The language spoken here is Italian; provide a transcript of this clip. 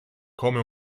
come